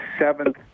seventh